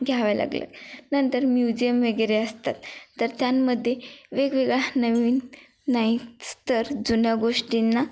घ्याव्या लागल्या नंतर म्युझियम वगैरे असतात तर त्यामध्ये वेगवेगळ्या नवीन नाही तर जुन्या गोष्टींना